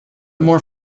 more